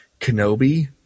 Kenobi